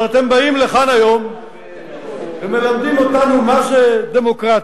אבל אתם באים לכאן היום ומלמדים אותנו מה זה דמוקרטיה.